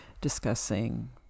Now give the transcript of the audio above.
discussing